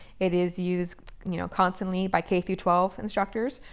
it is used you know constantly by k through twelve instructors,